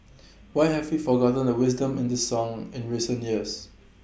why have we forgotten the wisdom in this song in recent years